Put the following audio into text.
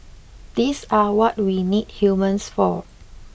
these are what we need humans for